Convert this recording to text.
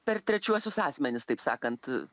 per trečiuosius asmenis taip sakant